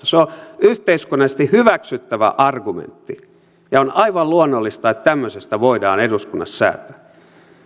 se on yhteiskunnallisesti hyväksyttävä argumentti ja on aivan luonnollista että tämmöisestä voidaan eduskunnassa säätää